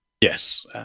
yes